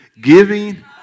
Giving